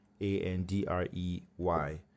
A-N-D-R-E-Y